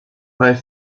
bei